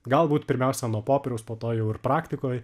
galbūt pirmiausia nuo popieriaus po to jau ir praktikoj